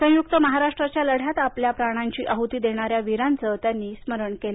संयुक्त महाराष्ट्राच्या लढ्यात आपल्या प्राणांची आहुती देणाऱ्या वीरांचं त्यांनी स्मरण केलं